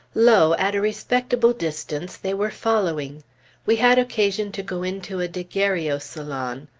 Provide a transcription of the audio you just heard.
lo! at a respectable distance they were following we had occasion to go into a daguerreau salon.